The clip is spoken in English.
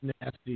nasty